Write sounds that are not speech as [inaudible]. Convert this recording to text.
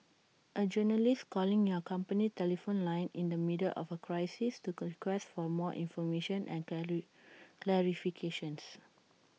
A journalist calling your company telephone line in the middle of A crisis to request for more information and [unintelligible] clarifications